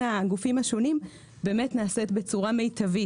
הגופים השונים נעשית בצורה מיטבית.